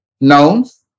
nouns